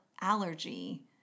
allergy